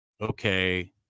okay